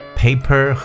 paper